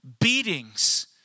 beatings